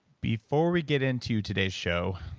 before we get into today's show,